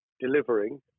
delivering